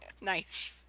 Nice